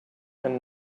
and